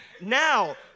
now